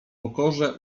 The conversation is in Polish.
pokorze